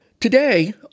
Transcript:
Today